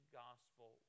gospel